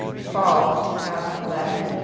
fall of two thousand and eleven,